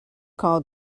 call